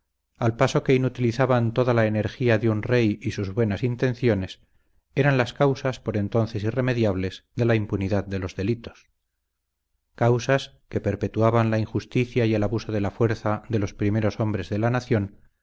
al paso que inutilizaban toda la energía de un rey y sus buenas intenciones eran las causas por entonces irremediables de la impunidad de los delitos causas que perpetuaban la injusticia y el abuso de la fuerza de los primeros hombres de la nación